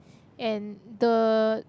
and the